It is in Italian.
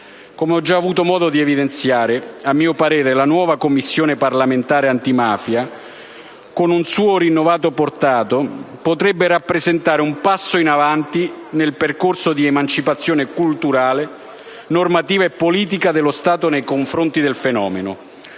Come ho già avuto modo di evidenziare, a mio parere la nuova Commissione parlamentare antimafia, con un suo rinnovato portato, potrebbe rappresentare un passo in avanti nel percorso di emancipazione culturale, normativa e politica dello Stato nei confronti del fenomeno;